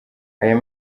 ayo